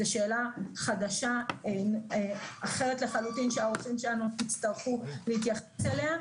זו שאלה חדשה אחרת לחלוטין שהרופאים שלנו הצטרכו להתייחס אליה.